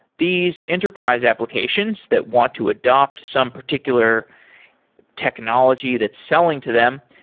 these enterprise applications that want to adopt some particular technology that's selling to them,